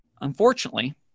Unfortunately